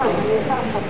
נגד,